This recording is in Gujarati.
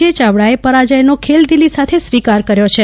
જે યાવડા એ પરાજયનો ખેલદીલી સાથે સ્વીકાર કર્યો છે